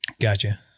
Gotcha